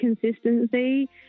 consistency